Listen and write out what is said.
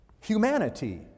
Humanity